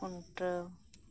ᱠᱷᱩᱱᱴᱟᱹᱣ